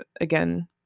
again